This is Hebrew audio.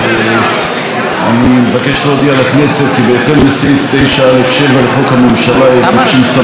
אבל אני מבקש להודיע לכנסת כי בהתאם לסעיף 9(א)(7) לחוק הממשלה,